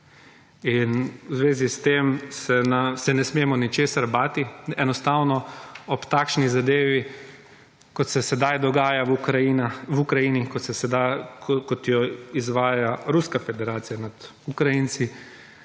In v zvezi s tem se ne smemo ničesar bati. Enostavno ob takšni zadevi, kot se sedaj dogaja v Ukrajini, kot jo izvaja Ruska Federacija nad Ukrajinci,